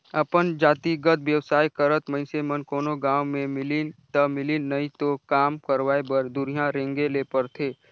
अपन जातिगत बेवसाय करत मइनसे मन कोनो गाँव में मिलिन ता मिलिन नई तो काम करवाय बर दुरिहां रेंगें ले परथे